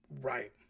right